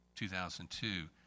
2002